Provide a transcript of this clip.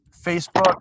Facebook